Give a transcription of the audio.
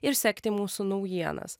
ir sekti mūsų naujienas